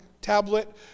tablet